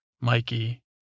Mikey